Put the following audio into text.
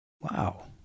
Wow